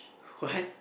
what